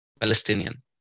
Palestinian